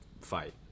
fight